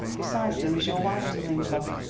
besides there is your wife to think of.